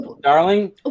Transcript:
darling